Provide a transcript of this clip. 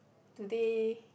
do they